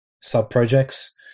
sub-projects